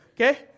Okay